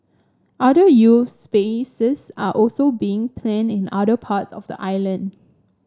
other youth spaces are also being planned in other parts of the island